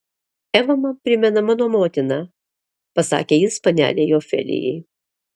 eva man primena mano motiną pasakė jis panelei ofelijai